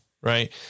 right